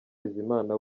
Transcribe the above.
bizimana